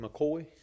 McCoy